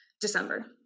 December